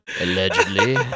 Allegedly